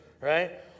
right